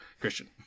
Christian